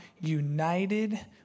united